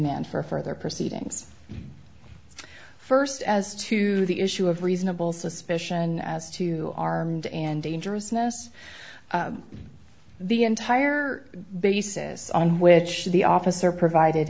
d for further proceedings first as to the issue of reasonable suspicion as to armed and dangerous notice the entire basis on which the officer provided